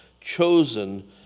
chosen